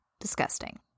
Disgusting